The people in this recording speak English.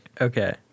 okay